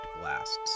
blasts